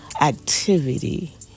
activity